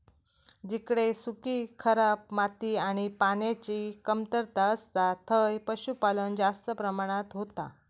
जिकडे सुखी, खराब माती आणि पान्याची कमतरता असता थंय पशुपालन जास्त प्रमाणात होता